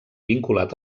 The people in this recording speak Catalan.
vinculat